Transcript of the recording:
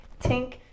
tink